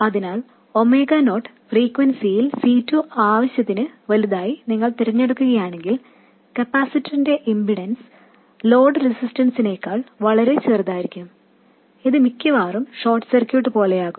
അതിനാൽ omega naught ഫ്രീക്വെൻസിയിൽ C2 ആവശ്യത്തിന് വലുതായി നിങ്ങൾ തിരഞ്ഞെടുക്കുകയാണെങ്കിൽ കപ്പാസിറ്ററിന്റെ ഇംപിഡൻസ് ലോഡ് റെസിസ്റ്ററിനേക്കാൾ വളരെ ചെറുതായിരിക്കും ഇത് മിക്കവാറും ഷോർട്ട് സർക്യൂട്ട് പോലെയാകും